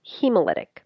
hemolytic